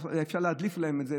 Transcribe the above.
אפשר להדליף להם את זה,